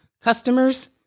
customers